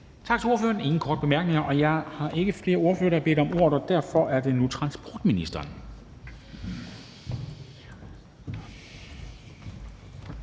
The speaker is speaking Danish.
Tak til ordføreren. Der er ingen korte bemærkninger, og jeg ser ikke flere ordførere, der har bedt om ordet, og derfor er det nu transportministeren.